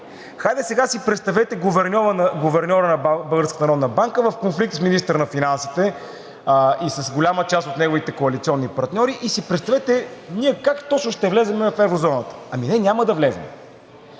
Хайде сега си представете гуверньорът на Българската народна банка в конфликт с министъра на финансите и с голяма част от неговите коалиционни партньори и си представете ние как точно ще влезем в еврозоната? Ами, ние няма да влезем.